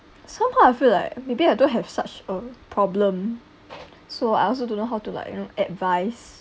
somehow I feel like maybe I don't have such a problem so I also don't know how to like you know advice